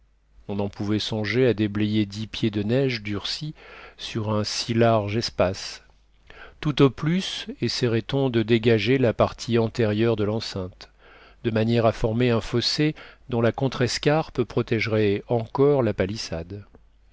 on en pouvait songer à déblayer dix pieds de neige durcie sur un si large espace tout au plus essaierait on de dégager la partie antérieure de l'enceinte de manière à former un fossé dont la contrescarpe protégerait encore la palissade